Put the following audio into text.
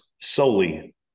solely